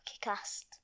Cast